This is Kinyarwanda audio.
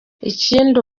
ikindi